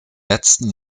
letzten